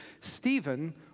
Stephen